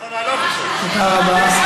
תודה רבה.